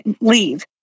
leave